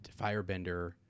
firebender